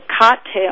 cocktail